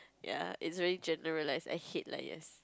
ya it's really generalised I hate liars